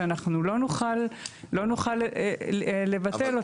שאנחנו לא נוכל לבטל אותה.